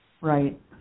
Right